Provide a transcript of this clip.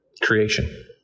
creation